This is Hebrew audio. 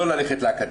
לא ללכת לאקדמיה.